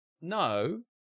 No